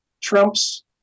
Trump's